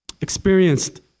experienced